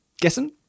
Guessing